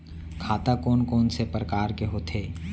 खाता कोन कोन से परकार के होथे?